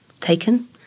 taken